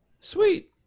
Sweet